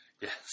Yes